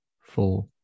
four